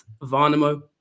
varnamo